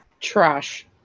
Trash